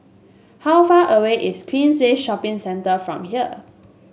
how far away is Queensway Shopping Centre from here